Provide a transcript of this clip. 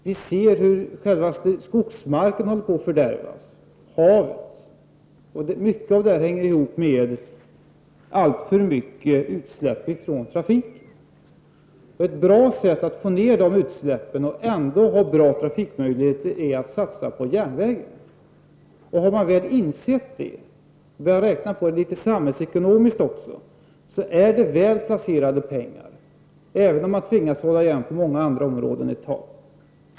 Själva skogsmarken och havet håller på att fördärvas. Mycket av detta hänger ihop med alltför mycket utsläpp från trafiken. Ett bra sätt att minska de utsläppen och ändå ha bra trafikmöjligheter är att satsa på järnvägen. Har man väl insett det — vi har också räknat samhällsekonomiskt på det — är det väl placerade pengar, även om man tvingas hålla igen på många andra områden ett tag.